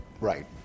Right